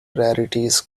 rarities